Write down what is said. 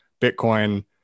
Bitcoin